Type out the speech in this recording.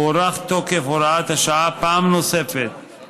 הוארך תוקף הוראת השעה פעם נוספת,